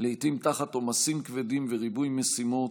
לעיתים תחת עומסים כבדים וריבוי משימות,